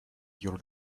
your